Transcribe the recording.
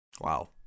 Wow